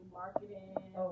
marketing